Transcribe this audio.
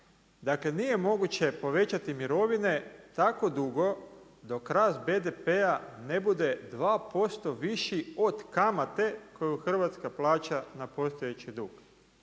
Dakle, nije moguće povećati mirovine tako dugo dok rast BDP-a ne bude 2% viši od kamate koju Hrvatska plaća na postojeći dug.